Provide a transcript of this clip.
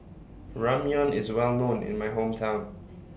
Ramyeon IS Well known in My Hometown